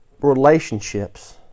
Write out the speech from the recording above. relationships